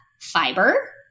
fiber